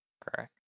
Correct